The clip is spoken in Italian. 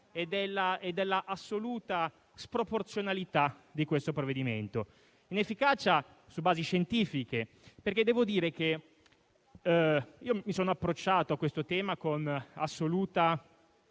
e dell'assoluta sproporzionalità di questo provvedimento; inefficacia su basi scientifiche. Devo dire che mi sono approcciato a questo tema con assoluta